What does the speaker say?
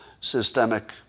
systemic